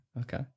okay